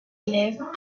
élèves